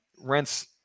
Rents